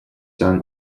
son